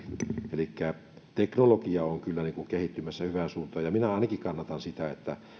elikkä teknologia on kyllä kehittymässä hyvään suuntaan ja minä ainakin kannatan sitä että